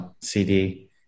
cd